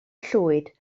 llwyd